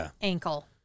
ankle